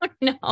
no